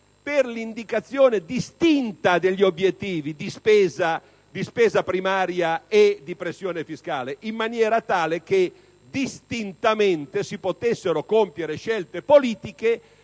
di un'indicazione distinta degli obiettivi di spesa primaria e di pressione fiscale, in maniera tale che distintamente si potessero compiere scelte politiche